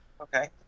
Okay